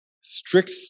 strict